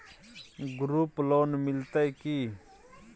Group loan मिलतै की?